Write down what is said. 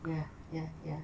ya ya ya